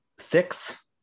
Six